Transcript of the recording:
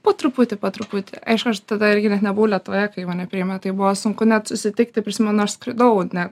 po truputį po truputį aišku aš tada irgi net nebuvau lietuvoje kai mane priėmė tai buvo sunku net susitikti prisimenu aš skridau ne